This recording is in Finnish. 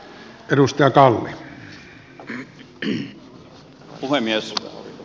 arvoisa puhemies